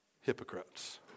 hypocrites